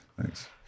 thanks